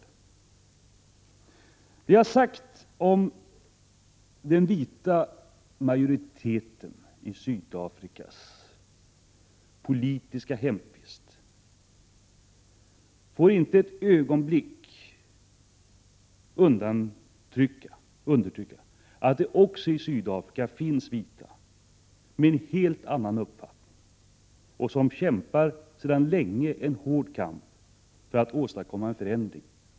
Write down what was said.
Det jag har sagt om den sydafrikanska vita majoritetens politiska hemvist — Prot. 1986/87:129 får inte ett ögonblick undanskymma att det också i Sydafrika finns vita som 22 maj 1987 har en helt annan uppfattning — liberaler som sedan länge kämpar en hård 3 pe s RÖRA å Förbud mot handel kamp mot apartheid och för en förändring.